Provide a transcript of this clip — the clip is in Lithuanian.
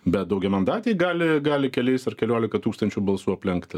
bet daugiamandatėj gali gali keliais ar keliolika tūkstančių balsų aplenkti